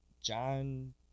John